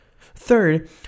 Third